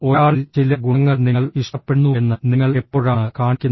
ഒരാളിൽ ചില ഗുണങ്ങൾ നിങ്ങൾ ഇഷ്ടപ്പെടുന്നുവെന്ന് നിങ്ങൾ എപ്പോഴാണ് കാണിക്കുന്നത്